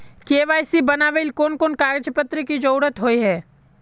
KYC बनावेल कोन कोन कागज पत्र की जरूरत होय है?